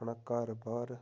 अपना घर बाह्र